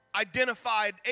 identified